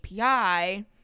API